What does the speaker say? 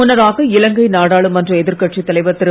முன்னதாக இலங்கை நாடாளுமன்ற எதிர்கட்சித் தலைவர் திரு